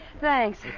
thanks